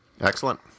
Excellent